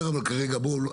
להבהיל אותנו,